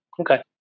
Okay